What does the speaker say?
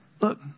Look